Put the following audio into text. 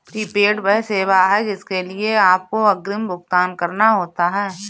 prepaid वह सेवा है जिसके लिए आपको अग्रिम भुगतान करना होता है